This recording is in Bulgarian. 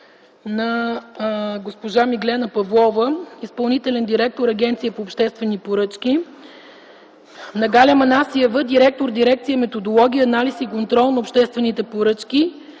на госпожа Миглена Павлова – изпълнителен директор на Агенцията по обществени поръчки, на Галя Манасиева – директор на Дирекция „Методология, анализ и контрол на обществените поръчки”